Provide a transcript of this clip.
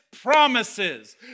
promises